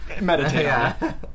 meditate